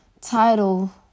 title